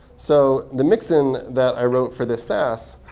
so the mix in that i wrote for this sass